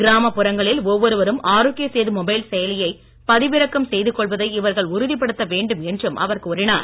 கிராமப் புறங்களில் ஒவ்வொருவரும் ஆரோக்யசேது மொபைல் செயலியை பதவிறக்கம் செய்துகொள்வதை இவர்கள் உறுதிப்படுத்த வேண்டும் என்றும் அவர் கூறினார்